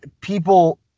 people